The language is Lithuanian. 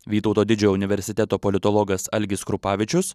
vytauto didžiojo universiteto politologas algis krupavičius